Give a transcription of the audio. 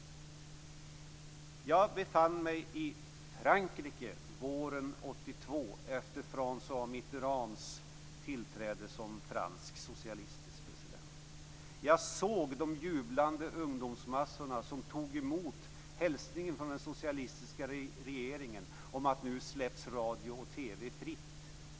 Våren 1982 befann jag mig i Frankrike efter François Mitterands tillträde som fransk socialistisk president. Jag såg de jublande ungdomsmassorna som tog emot hälsningen från den socialistiska regeringen om att radio och TV nu skulle släppas fria.